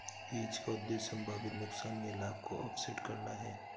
hedge का उद्देश्य संभावित नुकसान या लाभ को ऑफसेट करना है